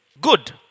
good